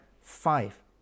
five